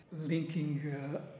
linking